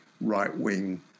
right-wing